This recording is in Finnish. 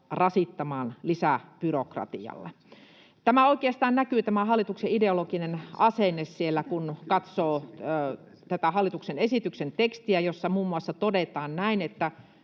rasittamaan lisäbyrokratialla. Oikeastaan tämä hallituksen ideologinen asenne näkyy, kun katsoo tätä hallituksen esityksen tekstiä, jossa muun muassa todetaan näin: